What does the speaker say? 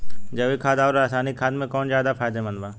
जैविक खाद आउर रसायनिक खाद मे कौन ज्यादा फायदेमंद बा?